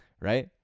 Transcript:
right